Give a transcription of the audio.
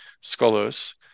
scholars